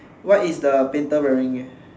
what is the painter wearing